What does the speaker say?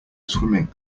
swimming